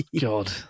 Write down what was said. God